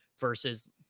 versus